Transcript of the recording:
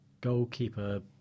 goalkeeper